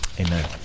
amen